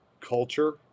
culture